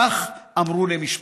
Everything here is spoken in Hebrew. כך אמרו למשפחתה.